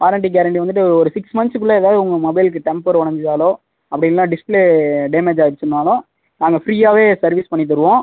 warranty guarantee வந்துவிட்டு ஒரு six மன்த்ஸுக்குள்ள ஏதாவது உங்கள் மொபைலுக்கு டெம்பர் ஒடைஞ்சாலோ அப்படி இல்லைனா டிஸ்பிளே டேமேஜ் ஆகிடுச்சினாலும் நாங்கள் ஃப்ரீயாகவே சர்வீஸ் பண்ணி தருவோம்